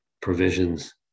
provisions